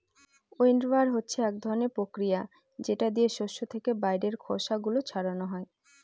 উইন্ডবার হচ্ছে এক ধরনের প্রক্রিয়া যেটা দিয়ে শস্য থেকে বাইরের খোসা গুলো ছাড়ানো হয়